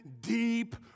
deep